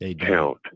count